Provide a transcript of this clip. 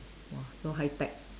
!wah! so high tech